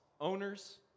owners